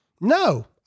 No